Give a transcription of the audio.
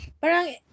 parang